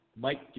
Mike